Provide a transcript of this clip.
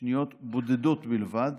שניות בודדות בלבד